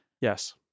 Yes